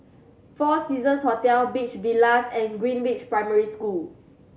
Four Seasons Hotel Beach Villas and Greenridge Primary School